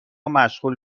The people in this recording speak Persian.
مشغول